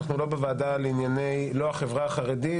אנחנו לא בוועדה לענייני לא החברה החרדית,